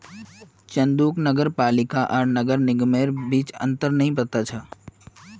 चंदूक नगर पालिका आर नगर निगमेर बीच अंतर नइ पता छ